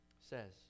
says